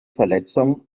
verletzung